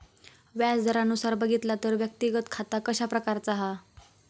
व्याज दरानुसार बघितला तर व्यक्तिगत खाता कशा प्रकारचा हा?